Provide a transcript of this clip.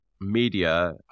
media